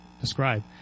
describe